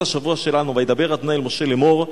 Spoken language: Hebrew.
השבוע שלנו: "וידבר ה' אל משה לאמר,